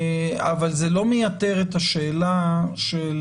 זה לא מייתר את השאלה של